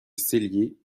cellier